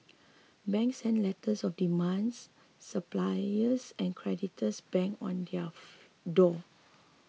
banks sent letters of demands suppliers and creditors banged on their door